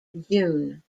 dune